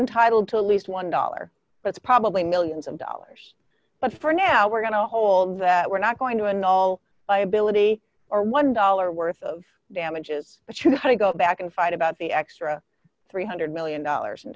entitled to at least one dollar but probably millions of dollars but for now we're going to hold that we're not going to an all liability or one dollar worth of damages but should i go back and fight about the extra three hundred million dollars in